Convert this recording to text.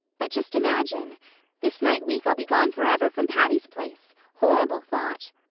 but just imagine this night week i'll be gone forever from patty's place horrible thought!